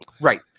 right